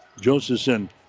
Josephson